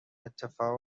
اتفاق